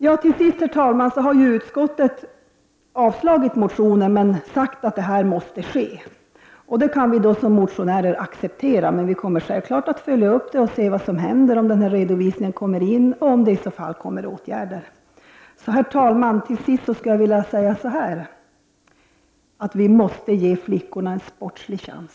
Till sist, herr talman! Utskottet har avstyrkt motionen, men sagt att analys måste göras. Det kan vi motionärer acceptera, men vi kommer säkert att följa upp frågan och se vad som händer, om redovisning görs och om i så fall åtgärder sätts in. Herr talman! Allra sist skulle jag vilja säga så här: Vi måste ge flickorna en sportslig chans!